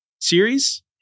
series